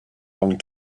long